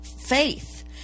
faith